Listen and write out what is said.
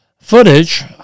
Footage